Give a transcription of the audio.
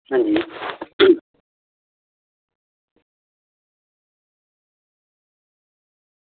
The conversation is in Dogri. ठीक